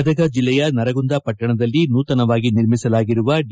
ಗದಗ ಜಿಲ್ಲೆಯ ನರಗುಂದ ಪಟ್ಟಣದಲ್ಲಿ ನೂತನವಾಗಿ ನಿರ್ಮಿಸಲಾಗಿರುವ ಡಿ